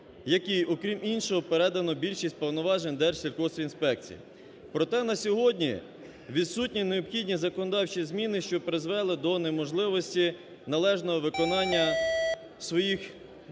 якій, окрім іншого, передано більшість повноважень Держсільгоспінспекції. Проте на сьогодні відсутні необхідні законодавчі зміни, що призвели до неможливості належного виконання своїх